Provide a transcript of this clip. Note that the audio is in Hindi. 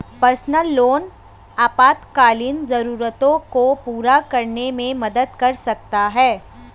पर्सनल लोन आपातकालीन जरूरतों को पूरा करने में मदद कर सकता है